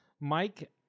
Mike